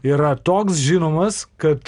yra toks žinomas kad